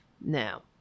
now